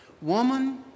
Woman